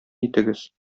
итегез